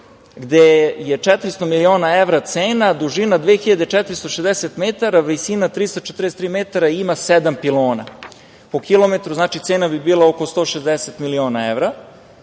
gde je 400 miliona evra cena, dužina 2.460 metara, visina 343 metara i ima sedam pilona. Po kilometru, znači, cena bi bila oko 160 miliona evra,